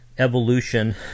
evolution